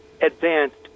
advanced